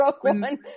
One